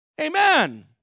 Amen